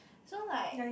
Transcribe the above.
so like